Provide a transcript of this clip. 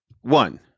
One